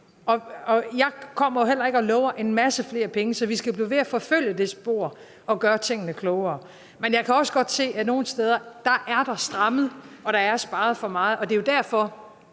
andet kommer jeg heller ikke og lover en masse flere penge, så vi skal blive ved med at forfølge det spor og gøre tingene klogere. Men jeg kan også godt se, at der nogle steder er strammet og sparet for meget,